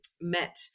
met